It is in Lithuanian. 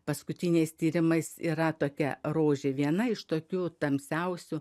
paskutiniais tyrimais yra tokia rožė viena iš tokių tamsiausių